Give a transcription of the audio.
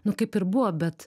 nu kaip ir buvo bet